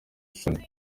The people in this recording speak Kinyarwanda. isoni